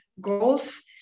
goals